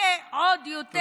לדכא עוד יותר.